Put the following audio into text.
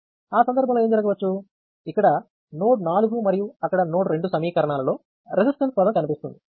ఆ సందర్భంలో ఏమి జరగవచ్చు ఇక్కడ నోడ్ 4 మరియు అక్కడ నోడ్ 2 సమీకరణాలలో రెసిస్టెన్స్ పదం కనిపిస్తుంది